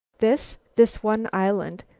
this? this one island?